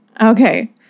Okay